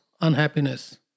unhappiness